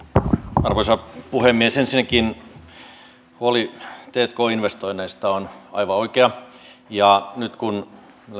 arvoisa puhemies ensinnäkin huoli tk investoinneista on aivan oikea nyt kun